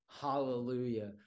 hallelujah